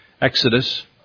Exodus